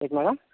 at madam